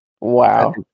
wow